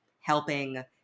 helping